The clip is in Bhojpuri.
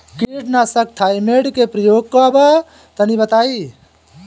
कीटनाशक थाइमेट के प्रयोग का बा तनि बताई?